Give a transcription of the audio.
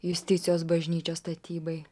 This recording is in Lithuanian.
justicijos bažnyčios statybai